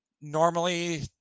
normally